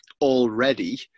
already